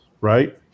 right